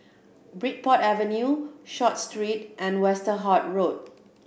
Bridport Avenue Short Street and Westerhout Road